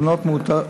התינוקות מאותרים